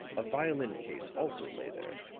a violin case also lay there.